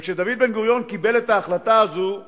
וכשדוד בן-גוריון קיבל את ההחלטה הזו בה'